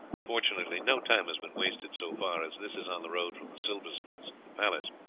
fortunately no time has been wasted so far, as this is on the road from the silversmith's to the palace.